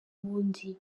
ubundi